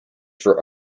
for